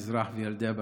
מזרח וילדי הבלקן.